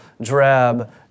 drab